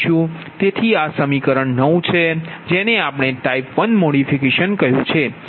તેથી આ સમીકરણ નવ છે જેને આપણે ટાઇપ વન મોડિફિકેશન કહયુ છે